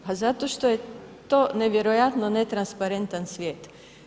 Pa zato što je to nevjerojatno ne transparentan svijet.